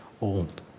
old